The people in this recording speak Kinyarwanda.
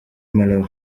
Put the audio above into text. malawi